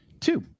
Two